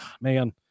man